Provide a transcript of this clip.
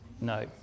No